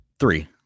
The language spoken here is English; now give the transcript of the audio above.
three